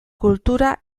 kultura